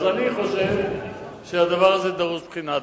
אז אני חושב שהדבר הזה דורש בחינה.